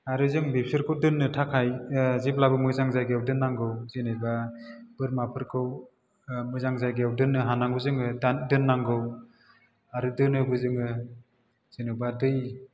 आरो जों बेसोरखौ दोननो थाखाइ जेब्लाबो मोजां जायगायाव दोननांगौ जेनेबा बोरमाफोरखौ मोजां जायगायाव दोननो हानांगौ जोङो दान दोननांगौ आरो दोनोबो जोङो जेन'बा दै